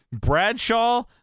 Bradshaw